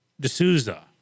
D'Souza